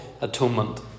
atonement